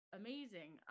amazing